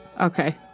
Okay